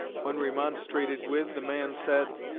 when remonstrated with, the man said,